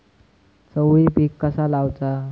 चवळी पीक कसा लावचा?